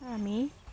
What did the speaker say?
আমি